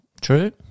True